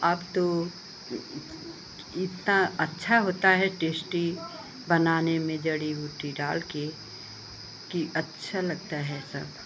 अब तो इतना अच्छा होता है टेश्टी बनाने में जड़ी बूटी डालकर कि अच्छा लगता है सब